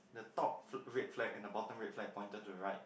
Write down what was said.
the top fl~ red flag and the bottom red flag pointed to the right